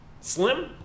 slim